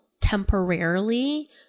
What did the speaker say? temporarily